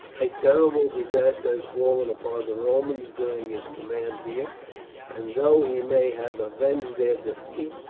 a terrible disaster has fallen upon the romans during his command here and though he may have avenged their defeat,